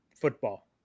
football